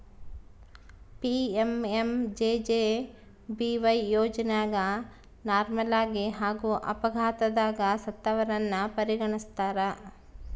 PMMJJBY ಯೋಜನೆಗ ನಾರ್ಮಲಾಗಿ ಹಾಗೂ ಅಪಘಾತದಗ ಸತ್ತವರನ್ನ ಪರಿಗಣಿಸ್ತಾರ